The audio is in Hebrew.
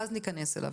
ואז ניכנס אליו.